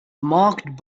marked